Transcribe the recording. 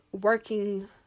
working